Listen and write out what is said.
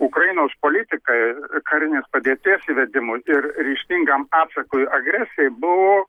ukrainos politikai karinės padėties įvedimui ir ryžtingam atsakui agresijai buvo